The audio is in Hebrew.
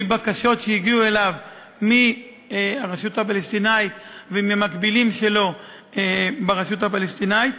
מבקשות שהגיעו אליו מהרשות הפלסטינית ומהמקבילים שלו ברשות הפלסטינית.